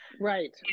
right